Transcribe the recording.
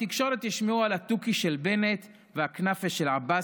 בתקשורת תשמעו על התוכי של בנט והכנאפה של עבאס.